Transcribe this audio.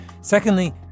Secondly